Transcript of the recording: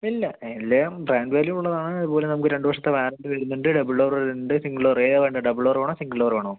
ഇല്ല എല്ലാത്തിലും brand value ഉള്ളതാണ് അതുപോലെ നമുക്ക് രണ്ടു വർഷത്തെ വാറൻ്റി വരുന്നുണ്ട് ഡബിൾ ഡോറ് വരുന്നുണ്ട് സിംഗിൾ ഡോറ് ഏതാണ് വേണ്ടത് ഡബിൾ ഡോറ് വേണോ സിംഗിൾ ഡോറ് വേണോ